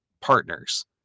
partners